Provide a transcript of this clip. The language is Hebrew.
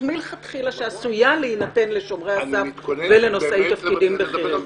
מלכתחילה שעשויה להינתן לשומרי הסף ולנושאי תפקידים בכירים.